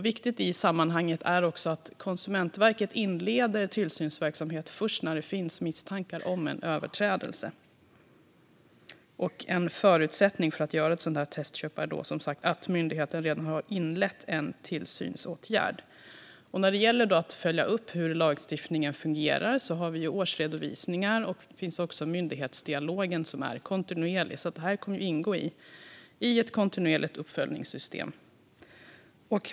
Viktigt i sammanhanget är också att Konsumentverket inleder tillsynsverksamhet först när det finns misstankar om en överträdelse. En förutsättning för att göra ett testköp är som sagt att myndigheten redan har inlett en tillsynsåtgärd. När det gäller att följa upp hur lagstiftningen fungerar finns årsredovisningar och myndighetsdialog, som ju är kontinuerlig. Detta kommer att ingå i ett kontinuerligt uppföljningssystem.